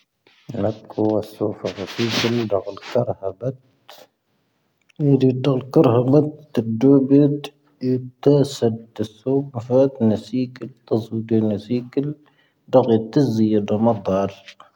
ⵏⴰⴽⵓ ⵡⴰ ⵙoⴼⴰ ⵀⴰⴼⵉⵣⵓⵏ ⴷⴰⵇ ⴽⴰⵔⴻⵀⴰ ⴱⴰⵜ. ⵏⵉⴷⵉⴷⴷⴰⵇ ⴽⴰⵔⴻⵀⴰ ⴱⴰⵜ ⵜⴰⴷⴷⵓⴱⵉⴷ ⵢⵓⵜⴰⵙⴰ ⵜⵜⴰⵙⵙo. ⴳⴰⴼⴰⵜ ⵏⴰⵙⴻⴻⴽⵉⵍ ⵜⵜⴰⵣⵓⴷⵓ ⵏⴰⵙⴻⴻⴽⵉⵍ ⴷⴰⵇ ⵜⵜⴰⵣⵣⴻⴻ ⴷoⵎⴰⴷⴰⵔ.